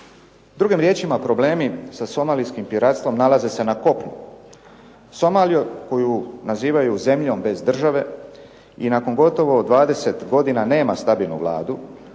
Drugim riječima problemi sa somalijskim piratstvom nalaze se na kopnu. Somaliju koju nazivaju zemljom bez države i nakon gotovo 20 godina nema stabilnu vladu,